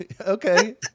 okay